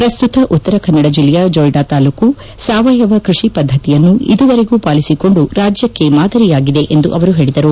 ಪ್ರಸ್ತುತ ಉತ್ತರ ಕನ್ನಡ ಜಿಲ್ಲೆಯ ಜೊಯಿಡಾ ತಾಲೂಕು ಸಾವಯವ ಕೃಷಿ ಪದ್ದತಿಯನ್ನು ಇದುವರೆಗೂ ಪಾಲಿಸಿಕೊಂಡು ರಾಜ್ಯಕ್ಕೆ ಮಾದರಿಯಾಗಿದೆ ಎಂದು ಅವರು ಹೇಳಿದರು